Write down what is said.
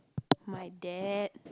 my dad